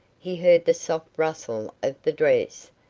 he heard the soft rustle of the dress,